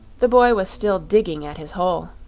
the boy was still digging at his hole.